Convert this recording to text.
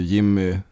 Jimmy